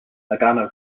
nagano